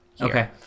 okay